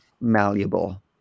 malleable